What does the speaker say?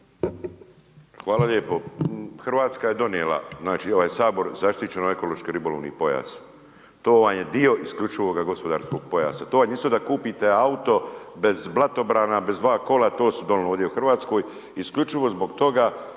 Hvala lijepo. Hrvatska je donijela, znači i ovaj Sabor zaštićeno ekološki ribolovni pojas. To vam je dio isključivoga gospodarskog pojasa, to vam je isto da kupite auto bez blatobrana, bez dva kola, to se donijelo ovdje u Hrvatskoj, isključivo zbog toga